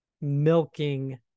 milking